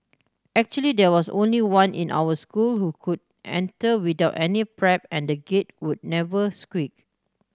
actually there was only one in our school who could enter without any prep and the Gate would never squeak